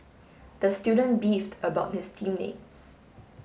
the student beefed about his team mates